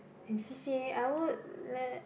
and C_C_A I would let